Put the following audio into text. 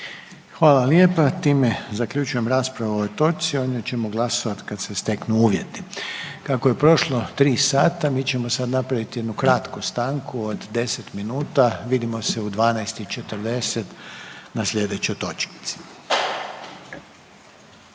Hvala lijepa. Time zaključujem raspravu o ovoj točci, o njoj ćemo glasovat kad se steknu uvjeti. Kako je prošlo 3 sata mi ćemo sad napravit jednu kratku stanku od 10 minuta, vidimo se u 12 i 40 na slijedećoj točkici. STANKA